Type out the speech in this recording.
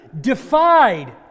defied